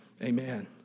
Amen